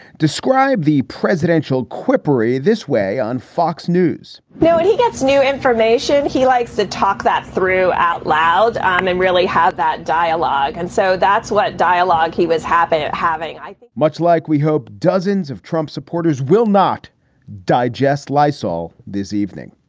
describe the presidential quip re this way on fox news yeah when he gets new information, he likes to talk that through out loud. they really have that dialogue. and so that's what dialogue he was happy having, i think, much like we hope dozens of trump supporters will not digest lysol this evening,